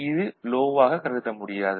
இது லோ ஆக கருத முடியாது